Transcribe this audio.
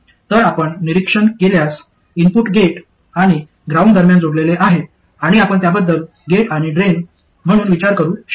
तर आपण निरीक्षण केल्यास इनपुट गेट आणि ग्राउंड दरम्यान जोडलेले आहे आणि आपण त्याबद्दल गेट आणि ड्रेन म्हणून विचार करू शकता